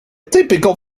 typical